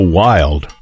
wild